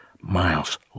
Miles